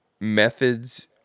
methods